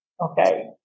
Okay